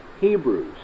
Hebrews